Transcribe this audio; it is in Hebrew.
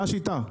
מה השיטה?